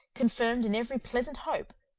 confirmed in every pleasant hope,